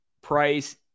price